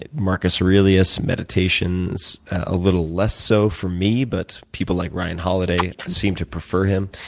ah marcus aurelius, meditations. a little less so for me, but people like ryan holiday seems to prefer him.